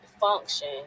function